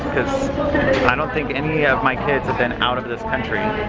cause i don't think any of my kids have been out of this country